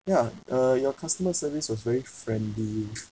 ya uh your customer service was very friendly